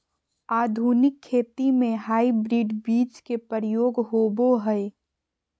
आधुनिक खेती में हाइब्रिड बीज के प्रयोग होबो हइ